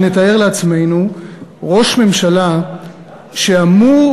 שנתאר לעצמנו ראש ממשלה שאמור,